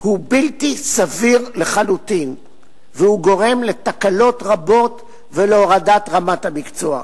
הוא בלתי סביר לחלוטין וגורם לתקלות רבות ולהורדת רמת המקצוע.